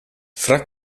fra